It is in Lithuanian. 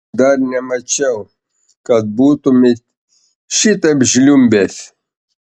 dar nemačiau kad būtumei šitaip žliumbęs